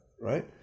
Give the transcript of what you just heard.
Right